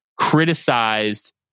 criticized